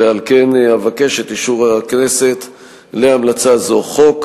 ועל כן אבקש את אישור הכנסת להמלצה זו, חוק